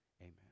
Amen